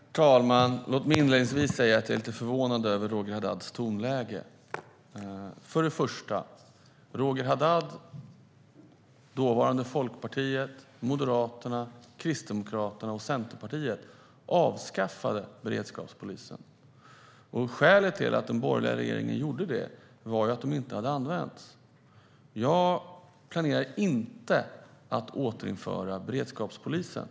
Herr talman! Låt mig inledningsvis säga att jag är lite förvånad över Roger Haddads tonläge. För det första avskaffade Roger Haddad, dåvarande Folkpartiet, Moderaterna, Kristdemokraterna och Centerpartiet beredskapspolisen. Skälet till att den borgerliga regeringen gjorde det var att den inte hade använts. Jag planerar inte att återinföra beredskapspolisen.